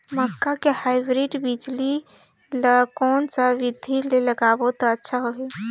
मक्का के हाईब्रिड बिजली ल कोन सा बिधी ले लगाबो त अच्छा होहि?